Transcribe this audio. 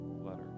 letter